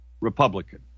Republican